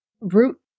root